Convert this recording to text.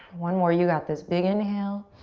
one more. you got this. big inhale.